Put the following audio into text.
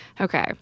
Okay